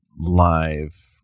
live